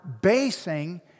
basing